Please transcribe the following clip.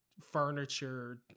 furniture